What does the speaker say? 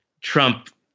Trump